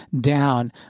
down